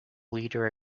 leader